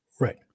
right